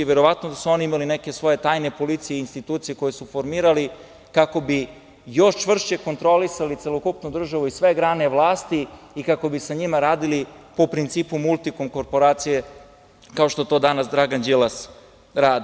Verovatno da su oni imali neke svoje tajne policije i institucije koje su formirali kako bi još čvršće kontrolisali celokupnu državu i sve grane vlasti i kako bi sa njima radili po principu "Multikom" korporacije, kao što to Dragan Đilas radi.